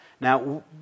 Now